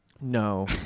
No